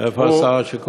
הוא, איפה שר השיכון?